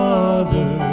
Father